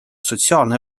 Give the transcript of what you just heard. sotsiaalne